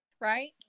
right